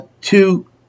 two